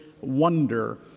wonder